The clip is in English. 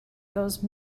those